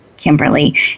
Kimberly